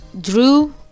drew